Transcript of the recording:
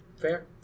Fair